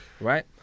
Right